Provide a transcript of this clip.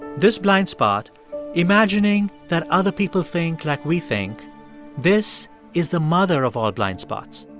this blind spot imagining that other people think like we think this is the mother of all blind spots.